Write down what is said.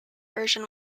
version